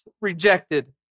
rejected